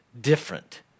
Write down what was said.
different